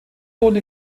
wohnt